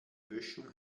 böschung